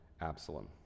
Absalom